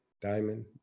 diamond